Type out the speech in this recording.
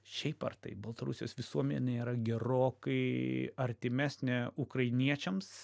šiaip ar taip baltarusijos visuomenė yra gerokai artimesnė ukrainiečiams